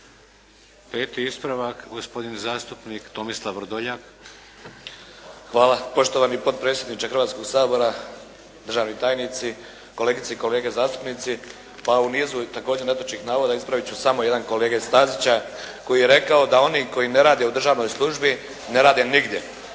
Peti ispravak gospodin zastupnik Tomislav Vrdoljak. **Vrdoljak, Tomislav (HDZ)** Hvala. Poštovani potpredsjedniče Hrvatskog sabora, državni tajnici, kolegice i kolege zastupnici. Pa u nizu također netočnih navoda ispravit ću samo jedna kolege Stazića koji je rekao da oni koji ne rade u državnoj službi ne rade nigdje.